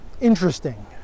interesting